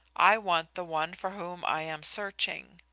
i want the one for whom i am searching.